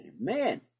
amen